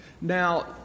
Now